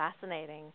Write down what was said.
Fascinating